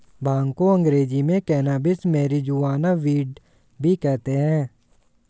भांग को अंग्रेज़ी में कैनाबीस, मैरिजुआना, वीड भी कहते हैं